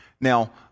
Now